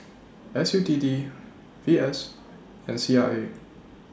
S U T D V S and C R A